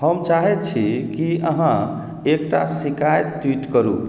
हम चाहैत छी कि अहाँ एकटा शिकायत ट्वीट करू